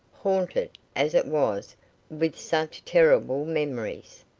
haunted as it was with such terrible memories.